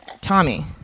Tommy